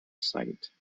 site